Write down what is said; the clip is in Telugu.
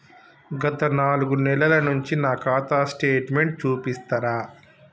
గత నాలుగు నెలల నుంచి నా ఖాతా స్టేట్మెంట్ చూపిస్తరా?